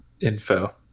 info